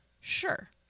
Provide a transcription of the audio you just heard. Sure